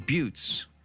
Buttes